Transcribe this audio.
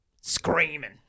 Screaming